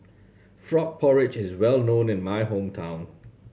frog porridge is well known in my hometown